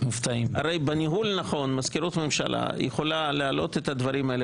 הרי בניהול נכון מזכירות הממשלה יכולה להעלות את הדברים האלה,